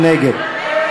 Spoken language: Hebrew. מי נגד?